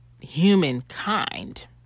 humankind